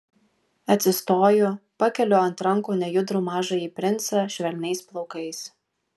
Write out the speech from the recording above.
atsistoju pakeliu ant rankų nejudrų mažąjį princą švelniais plaukais